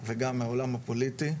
וגם מהעולם הפוליטי,